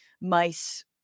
mice